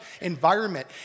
environment